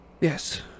Yes